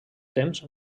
temps